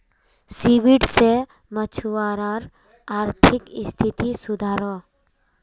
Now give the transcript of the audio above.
seaweed से मछुवारार अआर्थिक स्तिथि सुधरोह